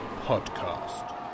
podcast